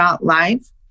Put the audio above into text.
Live